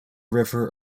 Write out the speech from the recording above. river